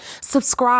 subscribe